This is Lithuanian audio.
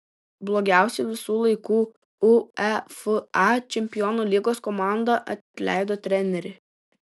blogiausia visų laikų uefa čempionų lygos komanda atleido trenerį